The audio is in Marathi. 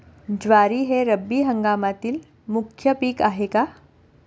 ज्वारी हे रब्बी हंगामातील मुख्य पीक आहे का?